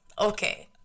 Okay